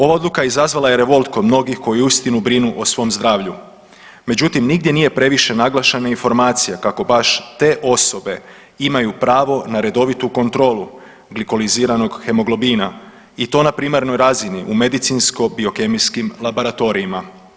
Ova odluka izazvala je revolt kod mnogih koji uistinu brinu o svom zdravlju, međutim nigdje nije previše naglašena informacija kako baš te osobe imaju pravo na redovitu kontrolu glikoliziranog hemoglobina i to na primarnoj razini u medicinsko biokemijskim laboratorijima.